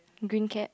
green cap